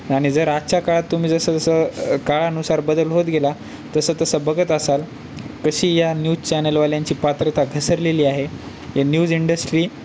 आणि जर आजच्या काळात तुम्ही जसं जसं काळानुसार बदल होत गेला तसं तसं बघत असाल कशी या न्यूज चॅनलवाल्यांची पात्रता घसरलेली आहे या न्यूज इंडस्ट्री